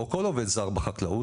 או כל עובד זר בחקלאות,